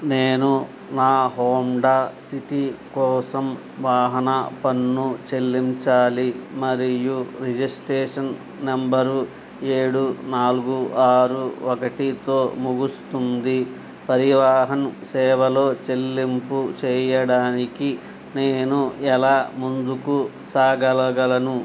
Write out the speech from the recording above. నేను నా Honda City కోసం వాహన పన్ను చెల్లించాలి మరియు రిజిస్ట్రేషన్ నెంబర్ ఏడు నాలుగు ఆరు ఒకటితో ముగుస్తుంది పరివాహన్ సేవలో చెల్లింపు చేయడానికి నేను ఎలా ముందుకు సాగగలను